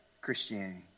Christianity